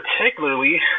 particularly